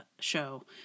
show